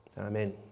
Amen